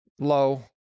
Low